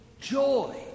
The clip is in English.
joy